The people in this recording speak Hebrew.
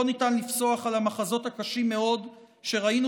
לא ניתן לפסוח על המחזות הקשים מאוד שראינו